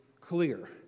clear